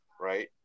right